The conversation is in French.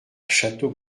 château